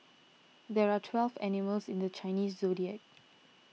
there are twelve animals in the Chinese zodiac